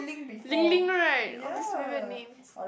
Li-ling right all these weird weird name